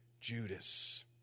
Judas